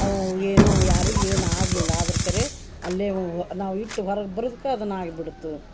ಅವು ಏನು ಯಾರಿಗೆ ಏನು ಆಗ್ಲಿಲ್ಲ ಆದ್ರ ಖರೆ ಅಲ್ಲೆವೂ ನಾವು ಇಟ್ ಹೊರಗೆ ಬರುದ್ಕ ಅದನ್ನ ಆಗಿಬಿಡ್ತು